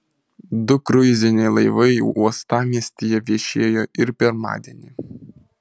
du kruiziniai laivai uostamiestyje viešėjo ir pirmadienį